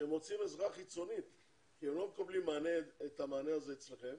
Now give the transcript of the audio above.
שהם רוצים עזרה חיצונית כי הם לא מקבלים את המענה הזה אצלכם.